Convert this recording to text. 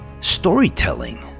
storytelling